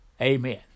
Amen